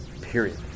period